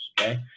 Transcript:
okay